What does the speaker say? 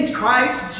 Christ